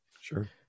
Sure